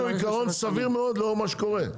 הוא עיקרון סביר מאוד למה שקורה.